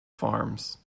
farms